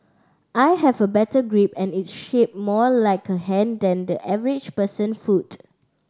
I have a better grip and it's shaped more like a hand than the average person foot